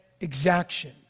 exaction